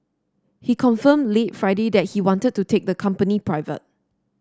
he confirmed late Friday that he wanted to take the company private